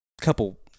couple